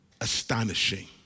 Astonishing